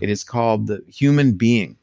it is called the human being